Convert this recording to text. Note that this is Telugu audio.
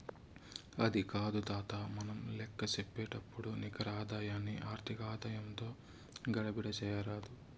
అది కాదు తాతా, మనం లేక్కసేపుడు నికర ఆదాయాన్ని ఆర్థిక ఆదాయంతో గడబిడ చేయరాదు